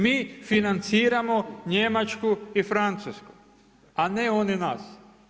Mi financiramo Njemačku i Francusku, a ne oni nas.